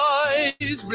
eyes